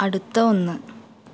അടുത്ത ഒന്ന്